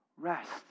Rest